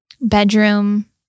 bedroom